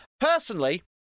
personally